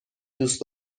دوست